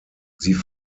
sie